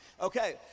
Okay